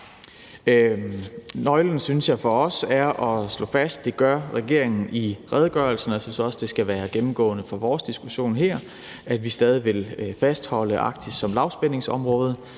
Nøglen synes jeg for os er at slå fast – det gør regeringen også i redegørelsen, og jeg synes også, det skal være gennemgående for vores diskussion her – at vi stadig vil fastholde Arktis som et lavspændingsområde,